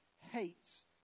hates